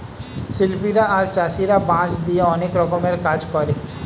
শিল্পীরা আর চাষীরা বাঁশ দিয়ে অনেক রকমের কাজ করে